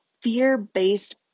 fear-based